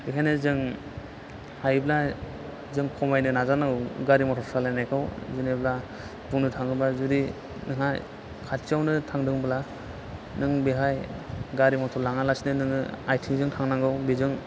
बेखायनो जों हायोब्ला जों खमायनो नाजानांगौ गारि मटर सालायनायखौ जेन'ब्ला बुंनो थाङोबा जुदि नोंहा खाथियावनो थांदोंब्ला नों बेहाय गारि मटर लाङालासिनो नोङो आइथिंजों थांनांगौ बेजों